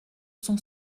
son